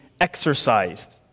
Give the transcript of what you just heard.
exercised